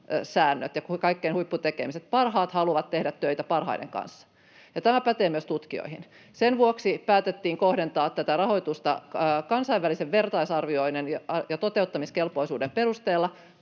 pätevät samat säännöt: parhaat haluavat tehdä töitä parhaiden kanssa, ja tämä pätee myös tutkijoihin. Sen vuoksi päätettiin kohdentaa tätä rahoitusta kansainvälisen vertaisarvioinnin ja toteuttamiskelpoisuuden perusteella